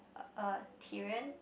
uh Tyrion